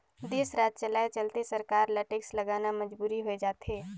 देस, राज चलाए चलते सरकार ल टेक्स लगाना मजबुरी होय जाथे